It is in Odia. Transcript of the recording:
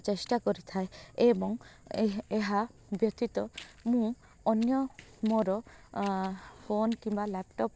ଚେଷ୍ଟା କରିଥାଏ ଏବଂ ଏହା ବ୍ୟତୀତ ମୁଁ ଅନ୍ୟ ମୋର ଫୋନ୍ କିମ୍ବା ଲ୍ୟାପଟପ୍